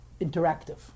interactive